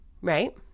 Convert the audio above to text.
right